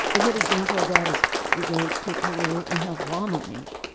a good example of that is you go to peru and have llama meat.